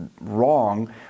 wrong